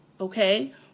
okay